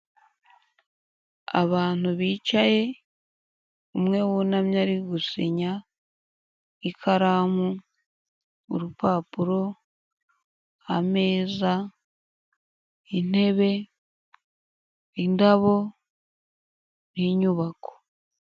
Abantu bicaye, umwe wunamye ari gusinya, ikaramu, urupapuro, ameza, intebe, indabo n'iyubako.